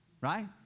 Right